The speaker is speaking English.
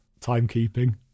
timekeeping